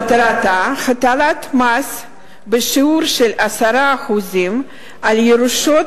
מטרתה הטלת מס בשיעור של 10% על ירושות